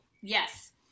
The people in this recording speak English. yes